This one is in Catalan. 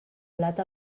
blat